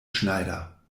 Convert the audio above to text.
schneider